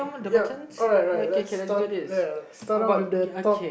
ya alright alright let's start ya start off with the top